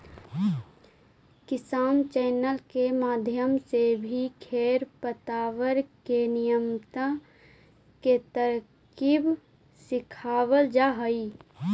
किसान चैनल के माध्यम से भी खेर पतवार के नियंत्रण के तरकीब सिखावाल जा हई